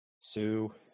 Sue